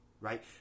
Right